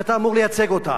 שאתה אמור לייצג אותה.